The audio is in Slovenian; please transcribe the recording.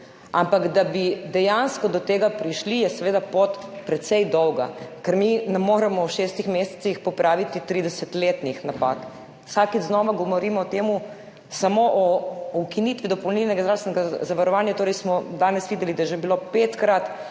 Ampak da bi dejansko do tega prišli, je seveda pot precej dolga, ker mi ne moremo v šestih mesecih popraviti tridesetletnih napak. Vsakič znova govorimo o tem, samo o ukinitvi dopolnilnega zdravstvenega zavarovanja smo danes videli, da je bilo petkrat